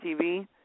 TV